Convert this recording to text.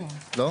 לא.